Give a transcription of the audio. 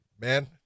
man